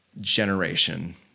generation